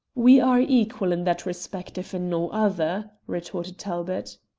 we are equal in that respect, if in no other, retorted talbot.